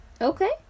Okay